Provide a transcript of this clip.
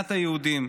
מדינת היהודים,